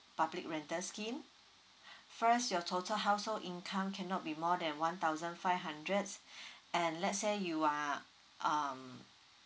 public rental scheme first your total household income cannot be more than one thousand five hundreds and let's say you are um